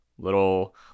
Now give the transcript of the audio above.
little